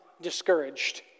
discouraged